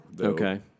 Okay